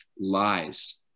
lies